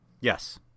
Yes